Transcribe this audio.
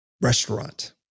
restaurant